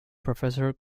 professor